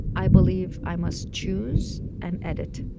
i believe i must choose and edit.